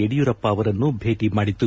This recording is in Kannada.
ಯಡಿಯೂರಪ್ಪ ಅವರನ್ನು ಭೇಟಿ ಮಾಡಿತು